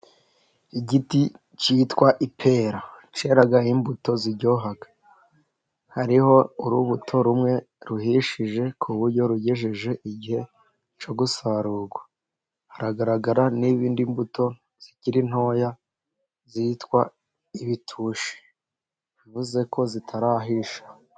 Igiti cyitwa ipera cyera imbuto ziryoha. Hariho urubuto rumwe ruhishije ku buryo rugejeje igihe cyo gusarurwa. Haragaragara n'izindi mbuto zikiri ntoya zitwa ibitushi, bivuze ko zitarahisha.